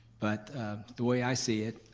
but the way i see it,